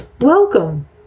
Welcome